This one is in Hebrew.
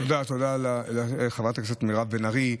תודה לחברת הכנסת מירב בן ארי.